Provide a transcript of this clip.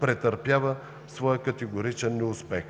претърпява своя категоричен неуспех.